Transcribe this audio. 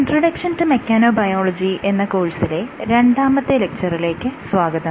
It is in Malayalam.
ഇൻട്രൊഡക്ഷൻ ടു മെക്കാനോബയോളജി എന്ന കോഴ്സിലെ രണ്ടാമത്തെ ലെക്ച്ചറിലേക്ക് സ്വാഗതം